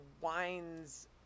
wine's